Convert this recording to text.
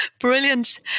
Brilliant